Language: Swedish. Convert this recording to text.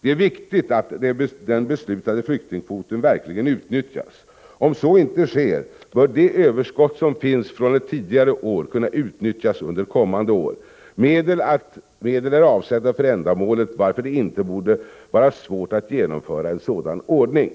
Det är viktigt att den beslutade flyktingkvoten verkligen utnyttjas. Om så inte sker bör de överskott som finns från ett tidigare år kunna utnyttjas under kommande år. Medel är avsatta för ändamålet, varför det inte borde vara svårt att genomföra en sådan ordning.